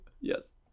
Yes